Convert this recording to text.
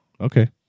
Okay